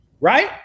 Right